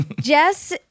Jess